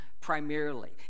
primarily